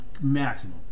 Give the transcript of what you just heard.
maximum